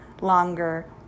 longer